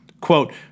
Quote